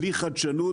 בלי חדשנות,